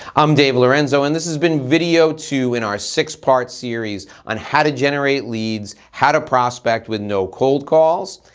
i'm dave lorenzo and this has been video two in our six-part series on how to generate leads, how to prospect with no cold calls.